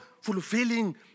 fulfilling